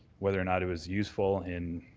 whether or not it was useful in